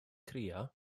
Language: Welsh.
crio